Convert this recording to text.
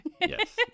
yes